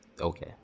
Okay